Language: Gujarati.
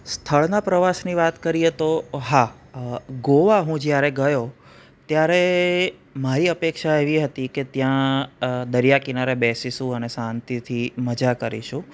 સ્થળના પ્રવાસની વાત કરીએ તો હા ગોવા હું જયારે ગયો ત્યારે મારી અપેક્ષા એવી હતી કે ત્યાં દરિયાકિનારે બેસીશું અને શાંતિથી મજા કરીશું